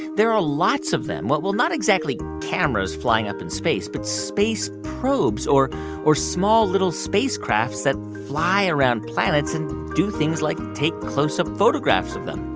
there are lots of them well, not exactly cameras flying up in space but space probes or or small, little spacecrafts that fly around planets and do things like take close-up photographs of them